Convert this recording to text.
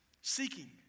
seeking